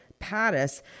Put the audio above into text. Pattis